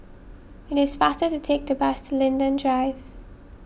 it is faster to take the bus to Linden Drive